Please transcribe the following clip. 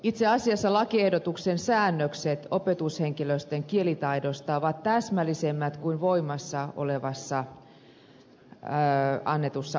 itse asiassa lakiehdotuksen säännökset opetushenkilöstön kielitaidosta ovat täsmällisemmät kuin voimassa olevan asetuksen